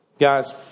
Guys